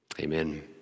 Amen